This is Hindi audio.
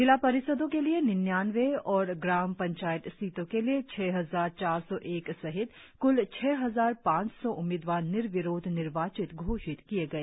जिला परिषदो के लिए निन्नावे और ग्राम पंचायत सीटों के लिए छह हजार चार सौ एक सहित क्ल छह हजार पांच सौ उम्मीदवार निर्विरोध निर्वाचित घोषित किए गए